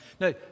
Now